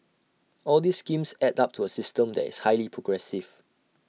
all these schemes add up to A system that is highly progressive